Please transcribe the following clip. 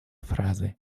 фразы